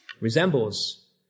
Resembles